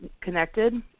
connected